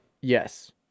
Yes